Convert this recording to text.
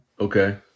Okay